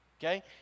Okay